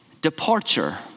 departure